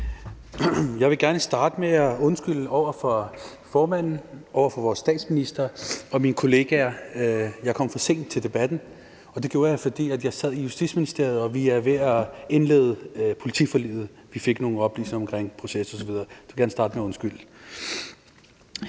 Jeg vil gerne starte med at undskylde over for formanden, over for vores statsminister og mine kollegaer. Jeg kom for sent til debatten, og det gjorde jeg, fordi jeg sad i Justitsministeriet, hvor vi er ved at indlede politiforliget; vi fik nogle oplysninger omkring proces osv. – så det vil jeg gerne starte med at undskylde.